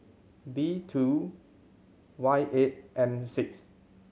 B two Y eight M six